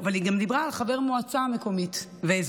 אבל היא גם דיברה על חבר מועצה מקומית ואזורית,